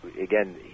again